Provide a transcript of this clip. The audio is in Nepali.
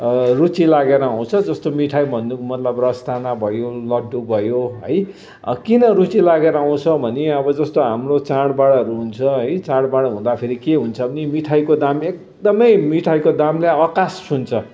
रुचि लागेर आउँछ जस्तो मिठाई भन्नुको मतलब रसदाना भयो लड्डु भयो है किन रुचि लागेर आउँछ भने अब जस्तो हाम्रो चाडबाडहरू हुन्छ है चाडबाड हुँदा फेरि के हुन्छ नि मिठाईको दाम एकदमै मिठाईको दामले आकाश छुन्छ